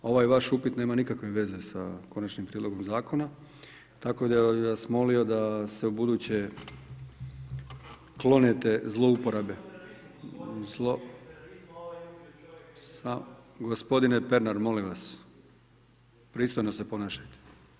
Ovaj vaš upit nema nikakve veze sa Konačnim prijedlogom zakona, tako da bih vas molio da se ubuduće klonite zlouporabe.. … [[Upadica: Ne čuje se.]] Gospodine Pernar, molim vas pristojno se ponašajte.